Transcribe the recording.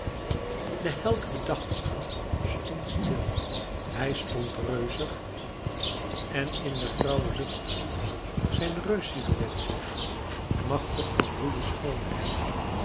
de held bedachtzaam stond stil hij stond reuzig en in de grauwe lucht verhief zijne reussilhouet zich machtig van ruwe schoonheid